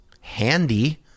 handy